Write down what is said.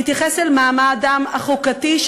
נתייחס למעמדם החוקתי,